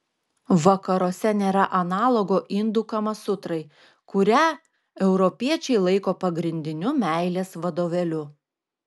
vakaruose nėra analogo indų kamasutrai kurią europiečiai laiko pagrindiniu meilės vadovėliu